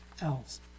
else